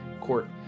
court